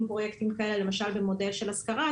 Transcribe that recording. פרויקטים כאלה למשל במודל של השכרה,